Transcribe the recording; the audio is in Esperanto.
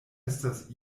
estas